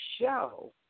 show